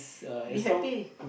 we happy